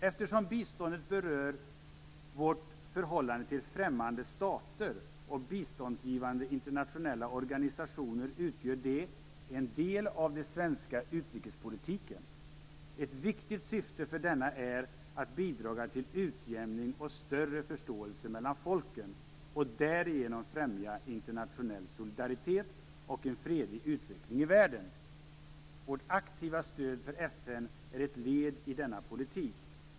"Eftersom biståndet berör vårt förhållande till främmande stater och biståndsgivande internationella organisationer utgör det - en del av den svenska utrikespolitiken. Ett viktigt syfte för denna är att bidraga till utjämning och större förståelse mellan folken och därigenom främja internationell solidaritet och en fredlig utveckling i världen. Vårt aktiva stöd åt FN är ett led i denna politik.